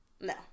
No